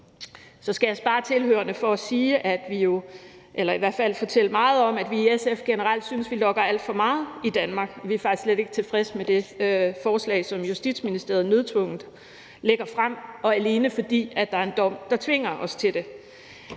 Så skal jeg spare tilhørerne for, at jeg fortæller meget om, at vi i SF generelt synes, vi logger alt for meget i Danmark. Vi er faktisk slet ikke tilfredse med det forslag, som Justitsministeriet nødtvungent lægger frem – alene fordi der er en dom, der tvinger os til det.